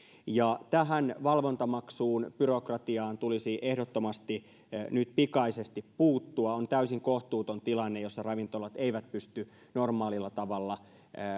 tähän valvontamaksubyrokratiaan tulisi ehdottomasti nyt pikaisesti puuttua on täysin kohtuuton tilanne että ravintolat eivät pysty normaalilla tavalla